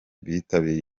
bitabiriye